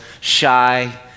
shy